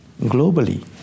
globally